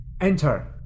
Enter